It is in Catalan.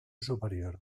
superior